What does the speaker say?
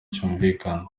cyumvikana